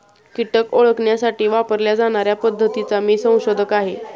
कीटक ओळखण्यासाठी वापरल्या जाणार्या पद्धतीचा मी संशोधक आहे